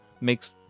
makes